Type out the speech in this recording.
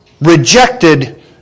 rejected